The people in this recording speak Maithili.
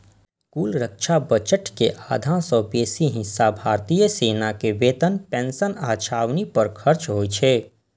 कुल रक्षा बजट के आधा सं बेसी हिस्सा भारतीय सेना के वेतन, पेंशन आ छावनी पर खर्च होइ छै